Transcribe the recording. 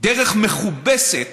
דרך מכובסת